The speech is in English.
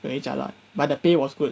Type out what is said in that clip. very jialat but the pay was good